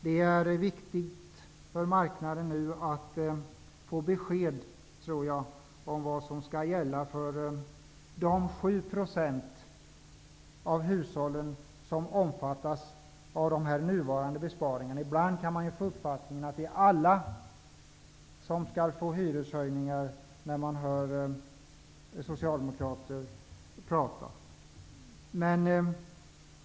Det är viktigt för marknaden att nu få besked om vad som skall gälla för de 7 % av hushållen som omfattas av nuvarande besparingsförslag. Ibland kan man få uppfattningen att alla skall få hyreshöjningar när man hör socialdemokrater prata.